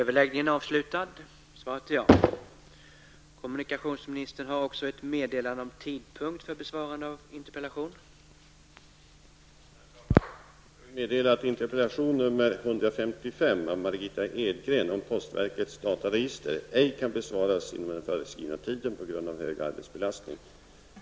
Herr talman! Jag vill meddela att interpellation nr 155 av Margitta Edgren om postverkets dataregister på grund av hög belastning ej kan besvaras inom den föreskrivna tiden.